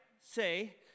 say